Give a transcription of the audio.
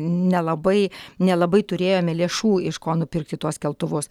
nelabai nelabai turėjome lėšų iš ko nupirkti tuos keltuvus